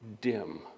dim